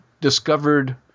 discovered